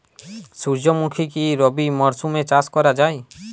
সুর্যমুখী কি রবি মরশুমে চাষ করা যায়?